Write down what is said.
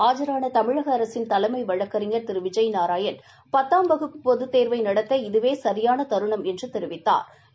ஆஜரான தமிழக அரசின் தலைமை வழக்கறிஞர் திரு விஜய் நாரயாண் பத்தாம் வகுப்பு பொதுத் தேர்வை நடத்த இதுவே சியான தருணம் என்று தெரிவித்தாா்